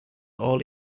all